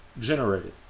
generated